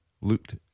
Looked